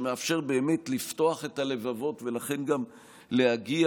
שמאפשר באמת לפתוח את הלבבות ולכן גם להגיע